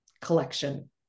collection